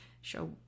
show